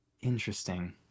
Interesting